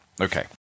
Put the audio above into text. Okay